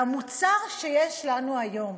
והמוצר שיש לנו היום,